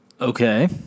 Okay